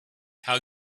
how